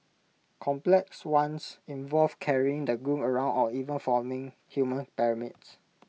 complex ones involve carrying the groom around or even forming human pyramids